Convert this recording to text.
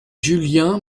julien